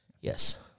Yes